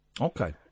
Okay